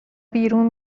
بیرون